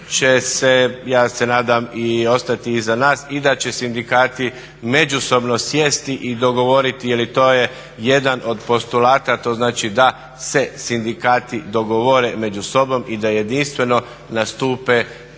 će se ja se nadam i ostati iza nas i da će sindikati međusobno sjesti i dogovoriti jer to je jedan od postulata, to znači da se sindikati dogovore među sobom i da jedinstveno nastupe